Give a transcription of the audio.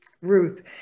Ruth